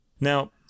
Now